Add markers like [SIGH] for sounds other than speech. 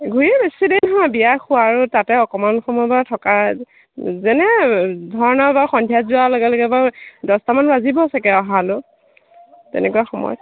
ঘূৰিম বেছি দেৰি নহয় বিয়া খোৱা আৰু তাতে অকণমান সময় বাৰু থকা যেনে [UNINTELLIGIBLE] সন্ধিয়াত যোৱা লগে লগে বাৰু দহটামান বাজিব চাগৈ অহালৈও তেনেকুৱা সময়